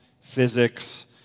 physics